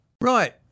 Right